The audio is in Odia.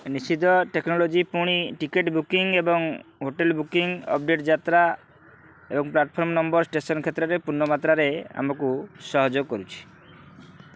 ନିଶ୍ଚିତ ଟେକ୍ନୋଲୋଜି ପୁଣି ଟିକେଟ୍ ବୁକିଂ ଏବଂ ହୋଟେଲ ବୁକିଂ ଅପଡେଟ୍ ଯାତ୍ରା ଏବଂ ପ୍ଲାଟଫର୍ମ୍ ନମ୍ବର ଷ୍ଟେସନ କ୍ଷେତ୍ରରେ ପୂର୍ଣ୍ଣମାତ୍ରାରେ ଆମକୁ ସହଯୋଗ କରୁଛି